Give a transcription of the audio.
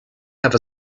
have